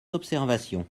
observations